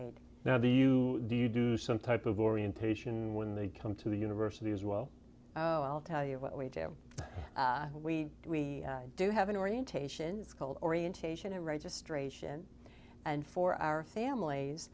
aid now do you do you do some type of orientation when they come to university as well i'll tell you what we do we do we do have an orientation is called orientation and registration and for our families